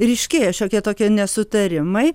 ryškėja šiokie tokie nesutarimai